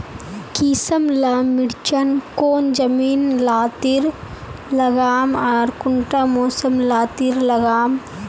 किसम ला मिर्चन कौन जमीन लात्तिर लगाम आर कुंटा मौसम लात्तिर लगाम?